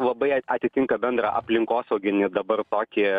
labai a atitinka bendrą aplinkosauginį dabar tokį